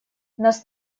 нас